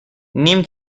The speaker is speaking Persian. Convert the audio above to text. نیم